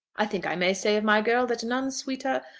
i think i may say of my girl that none sweeter,